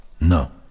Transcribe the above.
No